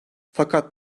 fakat